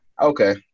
Okay